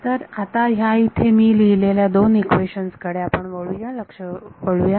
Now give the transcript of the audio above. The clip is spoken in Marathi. तर आता ह्या इथे मी लिहिलेल्या दोन इक्वेशन्स कडे आपले लक्ष वळूया